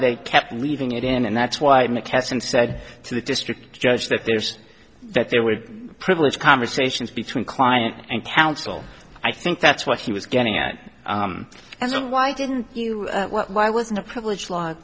they kept leaving it in and that's why in the caisson said to the district judge that there's that there were privileged conversations between client and counsel i think that's what he was getting at and why didn't you why wasn't a privilege l